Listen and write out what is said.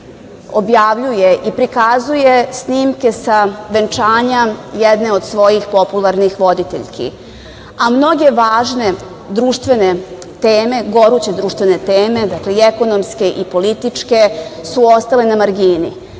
objavljuje i prikazuje snimke sa venčanja jedne od svojih popularnih voditeljki, a mnoge važne društvene teme, goruće društvene teme, dakle, i ekonomske i političke, su ostale na margini,